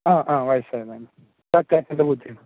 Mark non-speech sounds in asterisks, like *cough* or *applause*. *unintelligible*